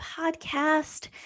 podcast